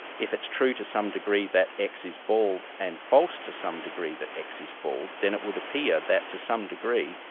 if it's true to some degree that x is bald and false to some degree that x is bald, then it would appear that to some degree,